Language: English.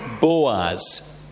Boaz